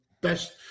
best